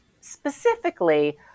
specifically